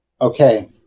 Okay